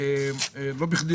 לא בכדי,